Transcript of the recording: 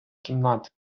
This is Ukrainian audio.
кімнати